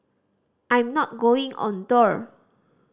I'm not going on tour